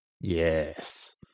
Yes